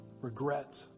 regret